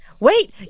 Wait